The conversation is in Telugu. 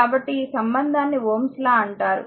కాబట్టి ఈ సంబంధాన్ని Ω's లాΩ's law అంటారు